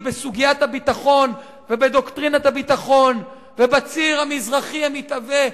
בסוגיית הביטחון ובדוקטרינת הביטחון ובציר המזרחי המתהווה,